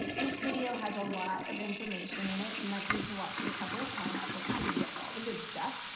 this video has a lot of information in it. you might need to watch it a couple of times to make sure you get all the good stuff.